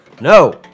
no